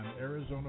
Arizona